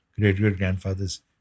great-great-grandfather's